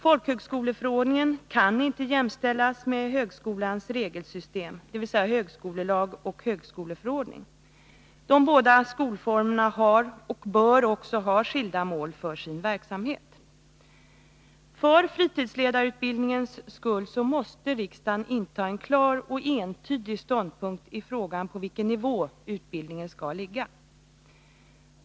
Folkhögskoleförordningen kan inte jämställas med högskolans regelsystem, dvs. högskolelag och högskoleförordning. De båda skolformerna har och bör också ha skilda mål för sin verksamhet. För fritidsledarutbildningens skull måste riksdagen inta en klar och entydig ståndpunkt i fråga om på vilken nivå utbildningen skall ligga.